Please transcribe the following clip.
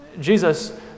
Jesus